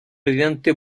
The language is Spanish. mediante